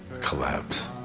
collapse